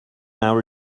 our